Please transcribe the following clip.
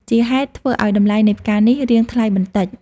ជាហេតុធ្វើឱ្យតម្លៃនៃផ្កានេះ រៀងថ្លៃបន្តិច។